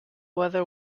weather